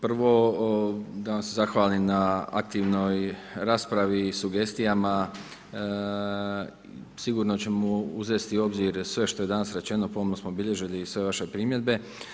Prvo da vam se zahvalim na aktivnoj raspravi i sugestijama, sigurno ćemo uzeti u obzir sve što je danas rečeno, pomno smo bilježili sve vaše primjedbe.